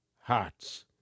hearts